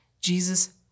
Jesus